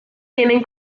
tienen